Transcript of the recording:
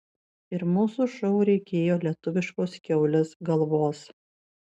ir mūsų šou reikėjo lietuviškos kiaulės galvos